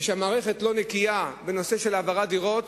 כשהמערכת לא נקייה בנושא של העברת דירות,